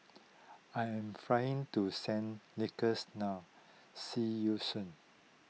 I am flying to Saint Lucia now see you soon